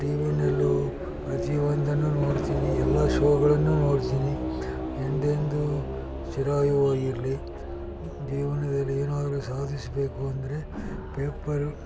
ಟಿವಿಯಲ್ಲೂ ಪ್ರತಿಯೊಂದನ್ನೂ ನೋಡ್ತೀನಿ ಎಲ್ಲ ಶೋಗಳನ್ನು ನೋಡ್ತೀನಿ ಎಂದೆಂದೂ ಚಿರಾಯು ಆಗಿರಲಿ ಜೀವನದಲ್ಲಿ ಏನಾದ್ರೂ ಸಾಧಿಸಬೇಕು ಅಂದರೆ ಪೇಪರ್